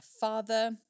father